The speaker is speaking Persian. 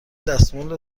دستمال